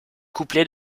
couplets